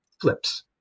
flips